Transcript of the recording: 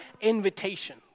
invitation